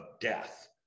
death